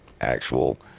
Actual